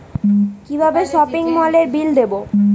কিভাবে সপিং মলের বিল দেবো?